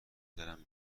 دلم